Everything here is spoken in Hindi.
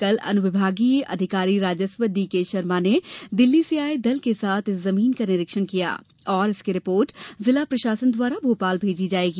कल अनुविभागीय अधिकारी राजस्व डी के शर्मा ने दिल्ली से आए दल के साथ इस जमीन का निरीक्षण किया और इसकी रिपोर्ट जिला प्रशासन द्वारा भोपाल भेजी जाएगी